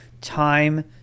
time